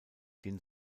den